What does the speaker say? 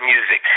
Music